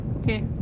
okay